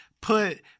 put